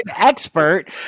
expert